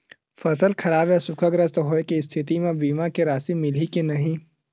फसल खराब या सूखाग्रस्त होय के स्थिति म बीमा के राशि मिलही के नही?